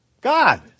God